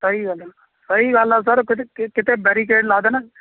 ਸਹੀ ਗੱਲ ਆ ਸਹੀ ਗੱਲ ਆ ਸਰ ਕਿਤੇ ਬੈਰੀਕੇਡ ਲਾ ਦੇਣ